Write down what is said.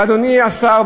אדוני השר,